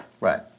Right